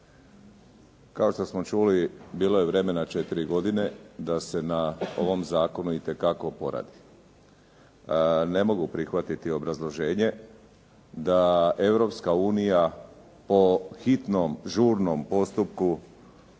Kao što smo čuli bilo je vremena četiri godine da se na ovom zakonu itekako poradi. Ne mogu prihvatiti obrazloženje da Europska unija po hitnom, žurnom postupku